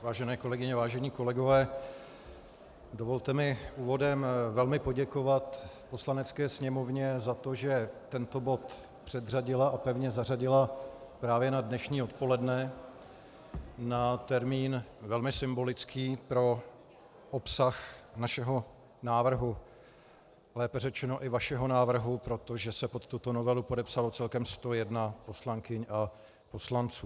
Vážené kolegyně, vážení kolegové, dovolte mi úvodem velmi poděkovat Poslanecké sněmovně za to, že tento bod předřadila a pevně zařadila právě na dnešní odpoledne, na termín velmi symbolický pro obsah našeho návrhu, lépe řečeno i vašeho návrhu, protože se pod tuto novelu podepsalo celkem 101 poslankyň a poslanců.